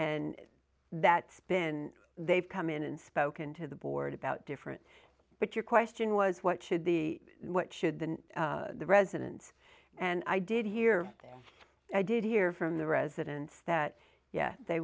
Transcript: and that's been they've come in and spoken to the board about different but your question was what should the what should the residents and i did here i did hear from the residents that yes they